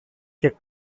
και